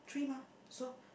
three mah so